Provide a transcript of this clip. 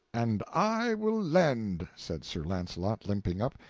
and i will lend! said sir launcelot, limping up.